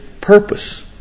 purpose